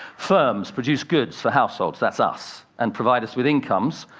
firms produce goods for households that's us and provide us with incomes,